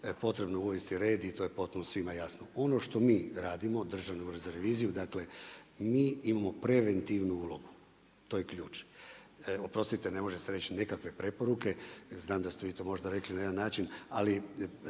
Potrebno je uvesti red i to je potpuno svima jasno. Ono što mi radimo Državna revizija, dakle mi imamo preventivnu ulogu, to je ključ. Oprostite, ne može se reći nekakve preporuke, znam da ste vi to možda rekli na jedan način, ali